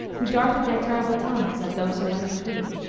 who darted their terrible tongues at those who went between.